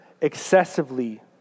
excessively